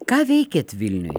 ką veikiat vilniuj